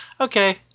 okay